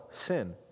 sin